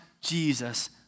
Jesus